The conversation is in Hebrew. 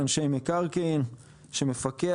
ואנשי מקרקעין שמפקח,